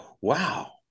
wow